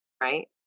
right